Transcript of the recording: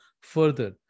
further